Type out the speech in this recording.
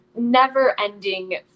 never-ending